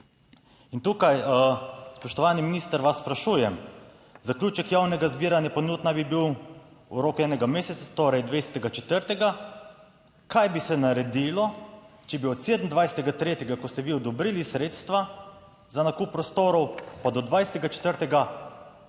In tukaj, spoštovani minister, vas sprašujem, zaključek javnega zbiranja ponudb naj bi bil v roku enega meseca, torej 20. 4. Kaj bi se naredilo, če bi od 27. 3., ko ste vi odobrili sredstva za nakup prostorov, pa do 20. 4.